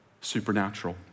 supernatural